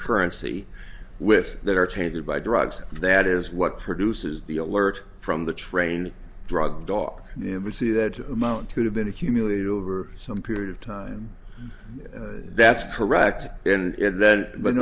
currency with that are tainted by drugs that is what produces the alert from the train drug dog the embassy that amount could have been accumulated over some period of time that's correct and then but